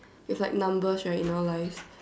there's like numbers right in our life